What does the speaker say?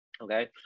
Okay